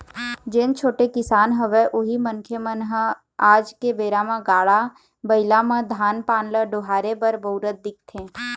जेन छोटे किसान हवय उही मनखे मन ह आज के बेरा म गाड़ा बइला म धान पान ल डोहारे बर बउरत दिखथे